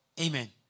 Amen